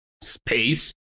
space